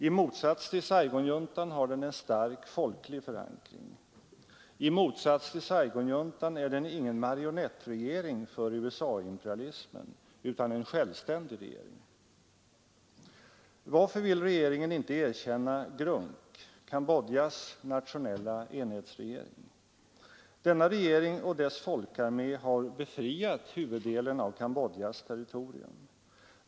I motsats till Saigonjuntan har den en stark folklig förankring. I motsats till Saigonjuntan är den ingen marionettregering för USA-imperialismen utan en självständig regering. Varför vill regeringen inte erkänna GRUNC, Cambodjas nationella enhetsregering? Denna regering och dess folkarmé har befriat huvuddelen av Cambodjas territorium.